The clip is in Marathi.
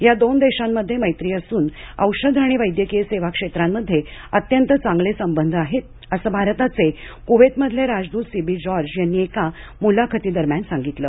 या दोन देशांमध्ये मैत्री असून औषध आणि वैद्यकीय सेवा क्षेत्रांमध्ये अत्यंत चांगले संबंध आहेत असं भारताचे कुवेतमधले राजदूत सिबी जॉर्ज यांनी एका मुलाखतीदरम्यान सांगितलं